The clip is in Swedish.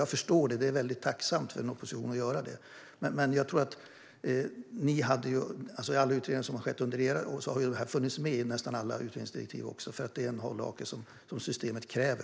Jag förstår det, för det är tacksamt för oppositionen att göra det. Men i alla utredningar som skedde under er tid fanns detta med i nästan alla utredningsdirektiv, för det är en hållhake som systemet kräver.